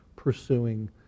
pursuing